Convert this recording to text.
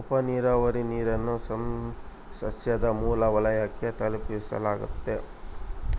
ಉಪನೀರಾವರಿ ನೀರನ್ನು ಸಸ್ಯದ ಮೂಲ ವಲಯಕ್ಕೆ ತಲುಪಿಸಲಾಗ್ತತೆ